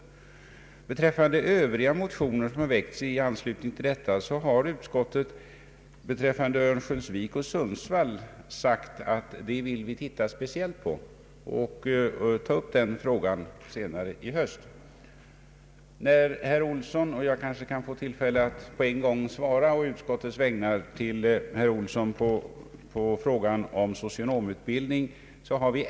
När det gäller övriga motioner som väckts i anslutning till detta har utskottet beträffande Örnsköldsvik och Sundsvall velat speciellt undersöka den frågan och ta upp den i riksdagen under hösten. Jag kanske å utskottets vägnar kan få svara på herr Olssons fråga om socionomutbildningen.